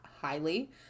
highly